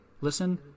Listen